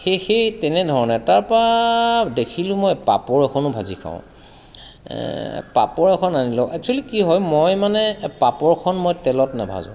সেই সেই তেনেধৰণে তাৰপা দেখিলোঁ মই পাপৰ এখনো ভাজি খাওঁ পাপৰ এখন আনি লওঁ এক্সোৱেলী কি হয় মই মানে পাপৰখন মই তেলত নাভাজোঁ